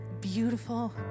beautiful